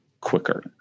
quicker